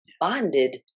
bonded